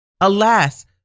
Alas